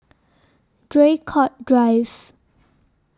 Draycott Drive